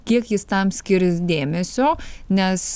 kiek jis tam skirs dėmesio nes